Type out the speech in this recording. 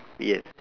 yes